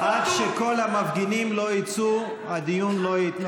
שחיבר את כל הנהגת הציבור היהודי עם הקמת